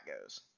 goes